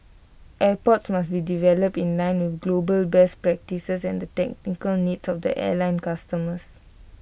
airports must be developed in line with global best practices and the technical needs of their airline customers